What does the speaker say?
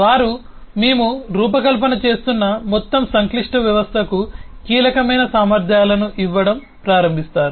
వారు మేము రూపకల్పన చేస్తున్న మొత్తం సంక్లిష్ట వ్యవస్థకు కీలకమైన సామర్థ్యాలను ఇవ్వడం ప్రారంభిస్తారు